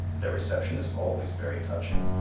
their reception is always very touching.